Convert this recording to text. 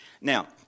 Now